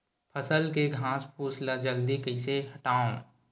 फसल के घासफुस ल जल्दी कइसे हटाव?